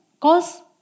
Cause